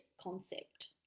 concept